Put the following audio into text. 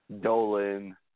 Dolan